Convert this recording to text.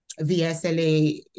VSLA